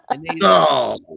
No